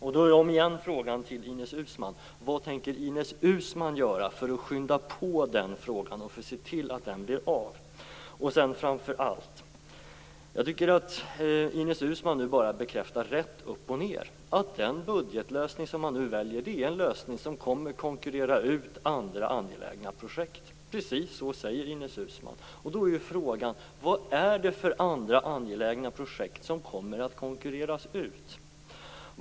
Då är igen frågan till Ines Uusmann: Jag tycker att Ines Uusmann nu bara rätt upp och ned bekräftar att den budgetlösning som man väljer är en lösning som kommer att konkurrera ut andra angelägna projekt. Precis så säger Ines Uusmann. Då är frågan: Vad är det för andra angelägna projekt som kommer att konkurreras ut?